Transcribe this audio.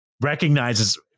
recognizes